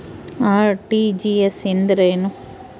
RTGS ಎಂದರೇನು?